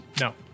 No